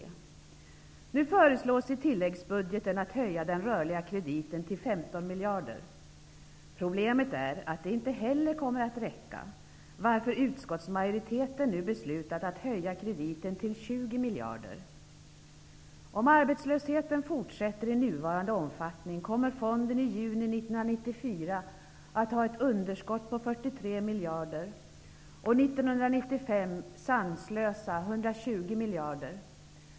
Nu föreslås i tilläggsbudgeten att man skall höja den rörliga krediten till 15 miljarder. Problemet är att inte heller det kommer att räcka, varför utskottsmajoriteten nu beslutat föreslå att krediten skall höjas till 20 miljarder. Om arbetslösheten fortsätter i nuvarande omfattning, kommer fonden i juni 1994 att ha ett underskott om 43 miljarder och 1995 om sanslösa 120 miljarder.